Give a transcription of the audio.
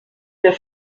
der